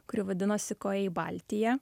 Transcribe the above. kuri vadinosi koji baltija